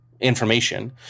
information